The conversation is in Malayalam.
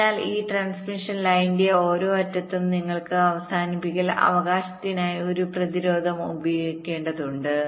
അതിനാൽ ഈ ട്രാൻസ്മിഷൻ ലൈനിന്റെ ഓരോ അറ്റത്തും നിങ്ങൾക്ക് അവസാനിപ്പിക്കൽ അവകാശത്തിനായി ഒരു പ്രതിരോധം ഉപയോഗിക്കേണ്ടതുണ്ട്